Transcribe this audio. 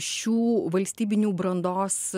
šių valstybinių brandos